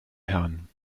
herrn